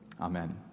amen